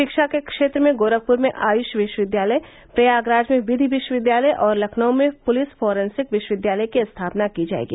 शिक्षा के क्षेत्र में गोखपुर में आयुष विश्वविद्यालय प्रयागराज में विधि विश्वविद्यालय और लखनऊ में पुलिस फोरेसिंक विश्वविद्यालय की स्थापना की जायेगी